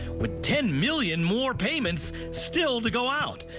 with ten million more payments still to go out.